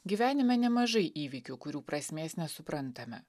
gyvenime nemažai įvykių kurių prasmės nesuprantame